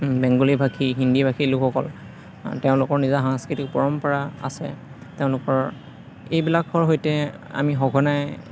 বেংগলীভাষী হিন্দীভাষী লোকসকল তেওঁলোকৰ নিজা সাংস্কৃতিক পৰম্পৰা আছে তেওঁলোকৰ এইবিলাকৰ সৈতে আমি সঘনাই